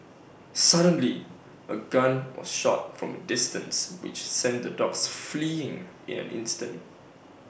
suddenly A gun was shot from distance which sent the dogs fleeing in an instant